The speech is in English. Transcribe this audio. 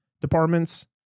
departments